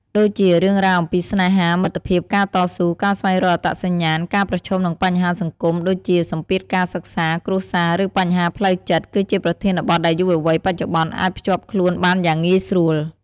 ដូចជា រឿងរ៉ាវអំពីស្នេហា មិត្តភាព ការតស៊ូ ការស្វែងរកអត្តសញ្ញាណ ការប្រឈមនឹងបញ្ហាសង្គម ដូចជាសម្ពាធការសិក្សា គ្រួសារ ឬបញ្ហាផ្លូវចិត្ត គឺជាប្រធានបទដែលយុវវ័យបច្ចុប្បន្នអាចភ្ជាប់ខ្លួនបានយ៉ាងងាយស្រួល។